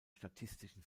statistischen